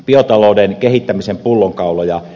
biotalouden kehittämisen pullonkauloja